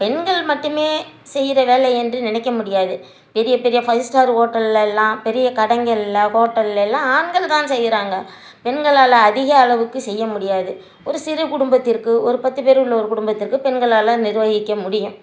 பெண்கள் மட்டுமே செய்கிற வேலை என்று நினைக்க முடியாது பெரிய பெரிய ஃபைவ் ஸ்டார் ஹோட்டல்லலாம் பெரிய கடைங்கள்ல ஹோட்டல்லேலாம் ஆண்கள் தான் செய்கிறாங்க பெண்களால் அதிக அளவுக்கு செய்ய முடியாது ஒரு சிறு குடும்பத்திற்கு ஒரு பத்து பேர் உள்ள ஒரு குடும்பத்திற்கு பெண்களால் நிர்வகிக்க முடியும்